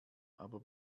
aber